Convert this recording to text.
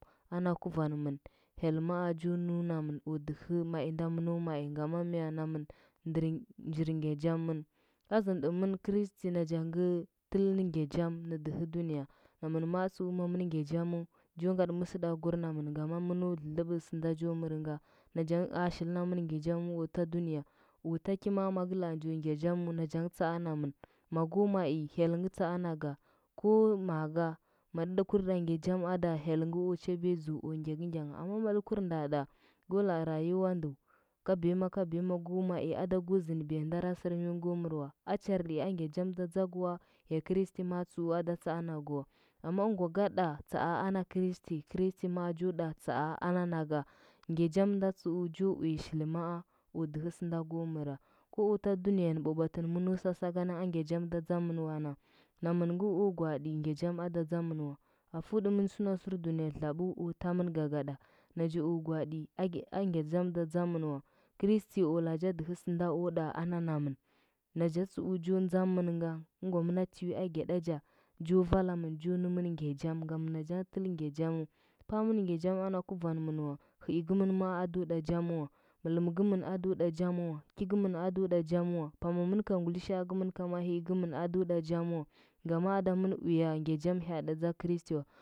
Ana guvanmɚn hyel maa jo nunamɚn o dɚkɚ anan da mɚno mai ngama mya namɚn ndɚr, njir ngya jam mɚn azɚnɗɚmɚn kristi naj ngɚ tɚl nɚ ngya jam nɚ dɚhɚ duniya namɚn maatsu mamɚn ngya jamu ja ngaɗɚ mɚsɚɗaggur namɚn, ngama mɚno dlɚdlɚba sɚnda jo mɚrnga najang a shilnamɚn ngya jam o ta duniya. O ta yi ma maga laa njo ngya jamu nachang tsaa namɚn, mago mai hyelngɚ tsaa naga ko maga matɚ kurɗa ngya jam ada hyelngɚ o chabiya dzu o nggagɚngyangha amma maɗɚ wurnda ɗa go laa rayuwa ndu ga bema ga bema go mai, ada go zɚndɚbiya ndara sɚrmingɚ go mɚrwa a charɗi angya jam ɗa tsakɚ wa, ya kristi maa tsu ada tsaa nagɚwa amma ɚngwa gaɗa tsaa na kristi, kristi maa jo ɗa tsaa ana naga ngya jam nda tsuu jo uya shili maa o dɚhɚ sɚnda go mɚra ko a ta duniya na bwabwatɚnɚ mɚno sa sakana angya jam da tsamɚn wa na, namɚn ngo o gwaaɗi angya jam ado tsamɚn wa afu dɚmɚn suna sɚsɚr duniya dlabu o tamɚn gagada naja o gwaaɗi a ngya jam da tsamɚn wa kristi o laa cha dɚhɚ sɚnda a ɗa ana namɚn naja tsu jo ndzamɚnga ɚngwamɚna tiwiagyaɗacha jo valamɚn jo nɚmɚn ngya jamu, ngama najangɚ tɚl nggya jamu paa mɚn ngya jam ana guvanmɚn ngya jam ana guvanmɚn wa hɚi gɚmɚn maa ada ɗa jam wa, mɚlɚm gɚmɚn ado ɗa jam wa, ki gɚmɚn ado ɗa jam wa, pamamɚn ga ngulishaa gɚmɚ ga mahii gɚmɚn ado ɗa jam wa gama ada mɚn uya ngya jam hyaɗa dza kristi wa.